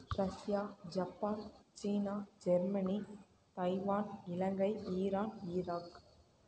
Russia Japan சீனா Germany Taiwan Ilangai Iran Iraq